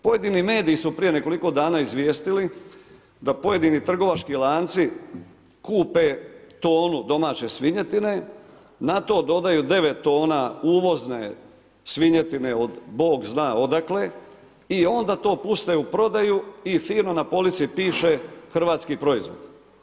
Pojedini mediji su prije nekoliko dana izvijestili da pojedini trgovački lanci kupe tonu domaće svinjetine, na to dodaju 9 tona uvozne svinjetine od Bog zna odakle i onda to puste u prodaju i fino u polici piše Hrvatski proizvod.